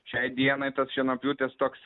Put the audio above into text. šiai dienai tas šienapjūtes toks